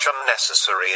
unnecessary